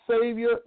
Savior